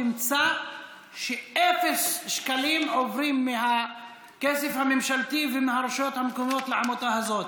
תמצא שאפס שקלים עוברים מהכסף הממשלתי ומהרשויות המקומיות לעמותה הזאת.